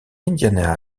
indiana